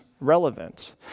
relevant